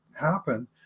happen